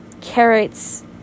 carrots